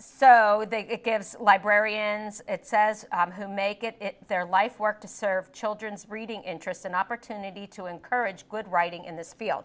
so they give librarians it says to make it their life's work to serve children's reading interest an opportunity to encourage good writing in this field